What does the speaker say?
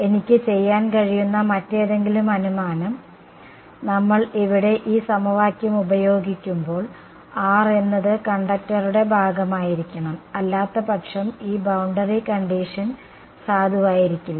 എനിക്ക് ചെയ്യാൻ കഴിയുന്ന മറ്റേതെങ്കിലും അനുമാനം നമ്മൾ ഇവിടെ ഈ സമവാക്യം ഉപയോഗിക്കുമ്പോൾ r എന്നത് കണ്ടക്ടറുടെ ഭാഗമായിരിക്കണം അല്ലാത്തപക്ഷം ഈ ബൌണ്ടറി കണ്ടിഷൻ സാധുവായിരിക്കില്ല